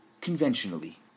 conventionally